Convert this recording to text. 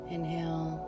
Inhale